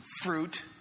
fruit